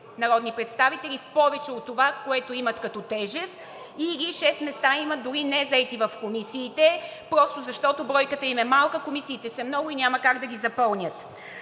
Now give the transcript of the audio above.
народни представители в повече от това, което имат като тежест, или шест места. Имат дори незаети в комисиите, защото бройката им е малка, комисиите са много и няма как да ги запълнят.